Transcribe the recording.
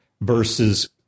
versus